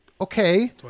okay